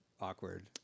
awkward